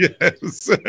Yes